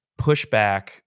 pushback